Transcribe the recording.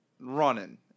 running